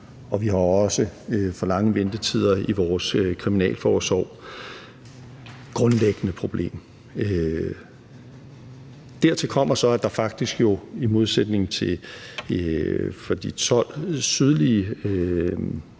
og vi har også for lange ventetider i vores kriminalforsorg. Det er et grundlæggende problem. Dertil kommer så, at der faktisk, i modsætning til i de 12 sydlige